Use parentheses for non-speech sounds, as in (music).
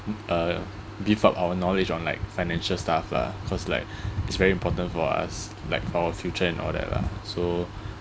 uh give out our knowledge on like financial stuff lah cause like (breath) it's very important for us like our future and all that lah so (breath)